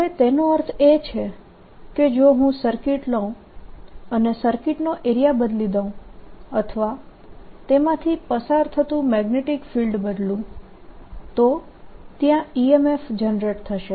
હવે તેનો અર્થ એ છે કે જો હું સર્કિટ લઉં અને સર્કિટનો એરિયા બદલી દઉં અથવા તેમાંથી પસાર થતું મેગ્નેટીક ફિલ્ડ બદલું તો ત્યાં EMF જનરેટ થશે